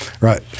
Right